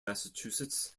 massachusetts